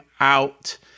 out